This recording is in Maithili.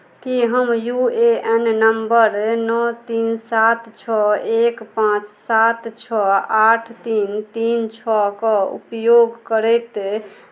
की हम यू ए एन नम्बर नओ तीन सात छओ एक पाँच सात छओ आठ तीन तीन छओके उपयोग करैत